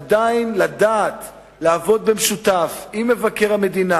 עדיין לדעת לעבוד במשותף עם מבקר המדינה,